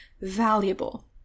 valuable